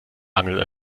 angel